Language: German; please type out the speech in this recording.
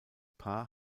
paar